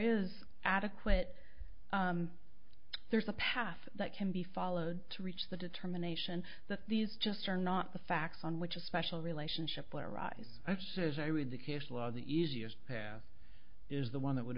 is adequate there is a path that can be followed to reach the determination that these just are not the facts on which a special relationship arise i've said as i read the case law the easiest path is the one that would